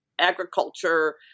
Agriculture